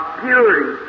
purity